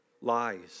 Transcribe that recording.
Lies